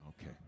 Okay